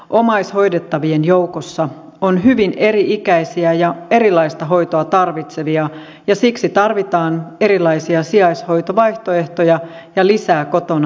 omaishoidettavien joukossa on hyvin eri ikäisiä ja erilaista hoitoa tarvitsevia ja siksi tarvitaan erilaisia sijaishoitovaihtoehtoja ja lisää kotona tehtävää sijaishoitoa